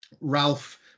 Ralph